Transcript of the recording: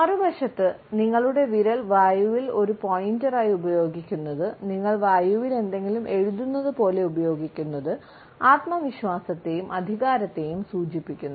മറുവശത്ത് നിങ്ങളുടെ വിരൽ വായുവിൽ ഒരു പോയിന്ററായി ഉപയോഗിക്കുന്നത് നിങ്ങൾ വായുവിൽ എന്തെങ്കിലും എഴുതുന്നതുപോലെ ഉപയോഗിക്കുന്നത് ആത്മവിശ്വാസത്തെയും അധികാരത്തെയും സൂചിപ്പിക്കുന്നു